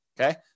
Okay